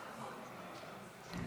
ההצבעה: בעד,